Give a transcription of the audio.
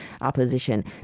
opposition